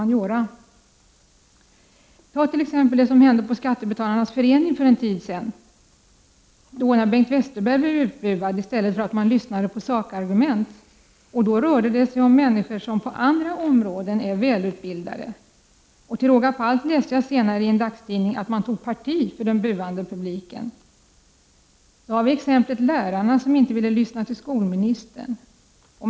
Ta t.ex. det som hände på Skattebetalarnas förenings möte för en tid sedan, då Bengt Westerberg blev utbuad i stället för att man lyssnade på hans sakargument. Här rörde det sig ändå om människor som på andra områden är välutbildade. Till råga på allt läste jag senare i en dagstidning att man tog parti för den buande publiken. Så har vi exemplet med lärarna som inte ville lyssna till skolministern.